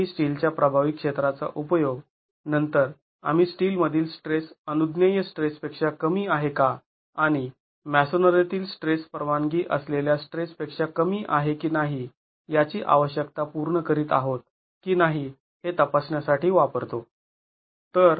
आम्ही स्टीलच्या प्रभावी क्षेत्राचा उपयोग नंतर आम्ही स्टील मधील स्ट्रेस अनुज्ञेय स्ट्रेस पेक्षा कमी आहे का आणि मॅसोनरीतील स्ट्रेस परवानगी असलेल्या स्ट्रेस पेक्षा कमी आहे की नाही यांची आवश्यकता पूर्ण करीत आहोत की नाही हे तपासण्यासाठी वापरतो